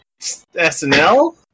snl